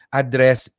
address